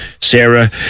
Sarah